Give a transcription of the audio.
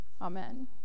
Amen